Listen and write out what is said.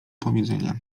powiedzenia